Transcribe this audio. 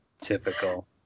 Typical